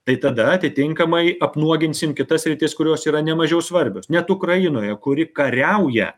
tai tada atitinkamai apnuoginsim kitas sritis kurios yra nemažiau svarbios net ukrainoje kuri kariauja